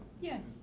Yes